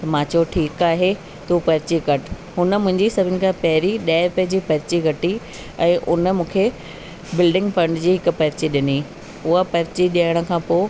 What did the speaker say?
मां चयो ठीकु आहे तूं पर्ची कटु हुन मुंहिजी सभिनी खां पहिरीं ॾहे रुपए जी पर्ची कटी ऐं उन मूंखे बिल्डिंग फंड जी हिक पर्ची ॾिनी उहा पर्ची ॾियण खां पोइ